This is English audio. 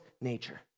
nature